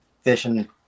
fishing